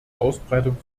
ausbreitung